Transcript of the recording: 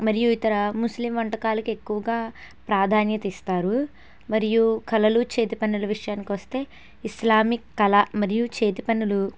మరియు ఇతర ముస్లీం వంటకాలకి ఎక్కువగా ప్రాధాన్యత ఇస్తారు మరియు కళలు చేతి పనుల విషయానికొస్తే ఇస్లామిక్ కళా మరియు చేతి పనులు